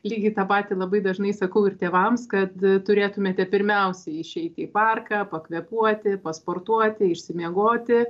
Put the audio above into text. lygiai tą patį labai dažnai sakau ir tėvams kad turėtumėte pirmiausia išeiti į parką pakvėpuoti pasportuoti išsimiegoti